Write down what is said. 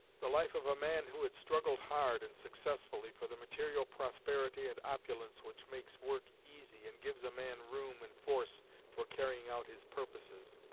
the life of a man who had struggled hard and successfully for the material prosperity and opulence which makes work easy and gives a man room and force for carrying out his purposes.